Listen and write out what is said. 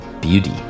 beauty